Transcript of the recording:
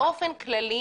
באופן כללי